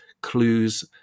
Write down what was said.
clues